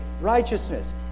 righteousness